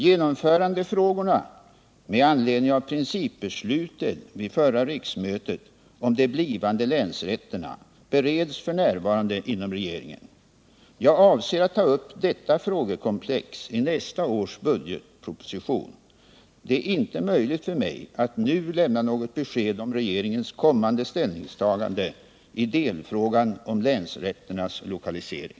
Genomförandefrågorna med anledning av principbeslutet vid förra riksmötet om de blivande länsrätterna bereds f. n. inom regeringen. Jag avser att ta upp detta frågekomplex i nästa års budgetproposition. Det är inte möjligt för mig att nu lämna något besked om regeringens kommande ställningstagande i delfrågan om länsrätternas lokalisering.